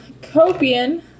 Copian